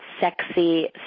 sexy